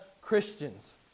Christians